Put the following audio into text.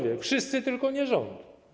Wszyscy, tylko nie rząd.